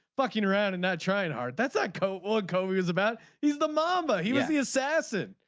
fucking around and not trying and hard. that's ah cold. kobe is about he's the momma. he was the assassin.